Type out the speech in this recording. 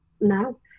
no